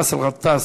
באסל גטאס,